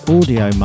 Audio